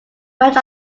much